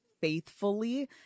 faithfully